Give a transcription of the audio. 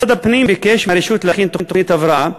משרד הפנים ביקש מהרשות להכין תוכנית הבראה.